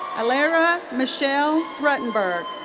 alaira me'shel ruttenburg.